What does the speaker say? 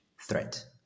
threat